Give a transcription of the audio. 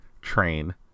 train